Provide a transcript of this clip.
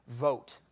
vote